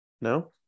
No